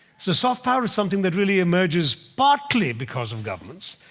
so soft power is something that really emerges partly because of governments,